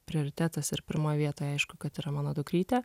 prioritetas ir pirma vieta aišku kad yra mano dukrytė